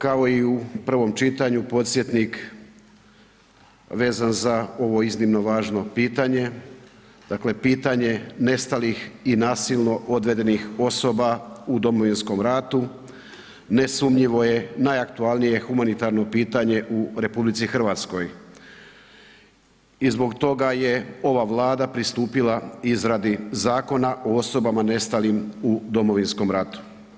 Kao i u prvom čitanju, podsjetnik vezan za ovo iznimno važno pitanje, dakle pitanje nestalih i nasilno odvedenih osoba u Domovinskom ratu nesumnjivo je najaktualnije humanitarno pitanje u RH i zbog toga je ova Vlada pristupila izradi Zakona o osobama nestalim u Domovinskom ratu.